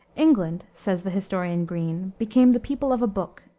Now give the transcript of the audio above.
england, says the historian green, became the people of a book,